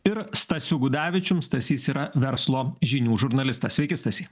ir stasiu gudavičium stasys yra verslo žinių žurnalistas sveiki stasy